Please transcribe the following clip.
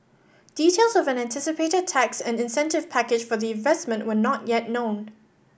details of an anticipated tax and incentive package for the investment were not yet known